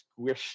squished